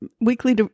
weekly